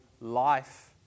life